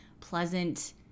pleasant